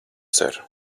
ser